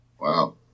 Wow